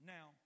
Now